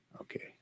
Okay